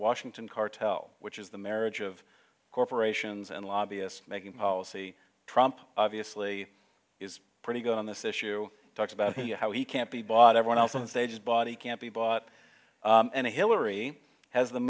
washington cartel which is the marriage of corporations and lobbyist making policy trump obviously is pretty good on this issue talked about how he can't be bought everyone else on the stage body can't be bought and hillary has the